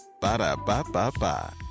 Ba-da-ba-ba-ba